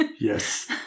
Yes